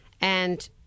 And-